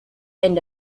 end